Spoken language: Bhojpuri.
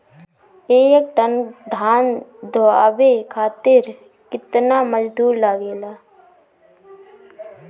एक टन धान दवावे खातीर केतना मजदुर लागेला?